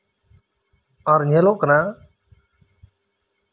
ᱟᱨ ᱧᱮᱞᱚᱜ ᱠᱟᱱᱟ